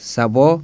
Sabo